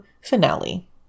finale